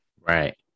right